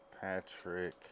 Patrick